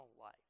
life